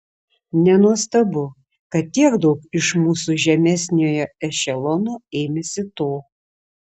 nenuostabu kad tiek daug iš mūsų žemesniojo ešelono ėmėsi to